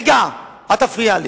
אתם, רגע, אל תפריע לי.